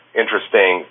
interesting